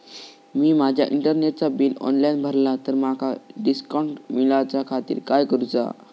मी माजा इंटरनेटचा bill online भरला तर माका डिस्काउंट मिलाच्या खातीर काय करुचा?